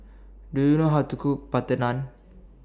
Do YOU know How to Cook Butter Naan